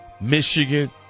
Michigan